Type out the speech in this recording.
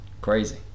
crazy